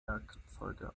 werkzeuge